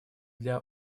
для